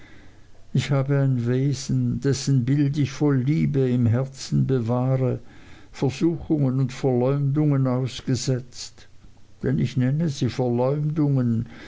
ich habe ein wesen dessen bild ich voll liebe im herzen bewahre versuchungen und verleumdungen ausgesetzt denn ich nenne sie verleumdungen